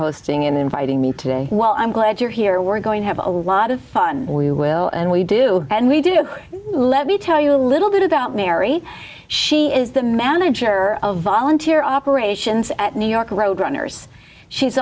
hosting inviting me today well i'm glad you're here we're going to have a lot of fun we will and we do and we do let me tell you a little bit about mary she is the manager of volunteer operations at new york road runners she's